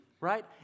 Right